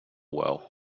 well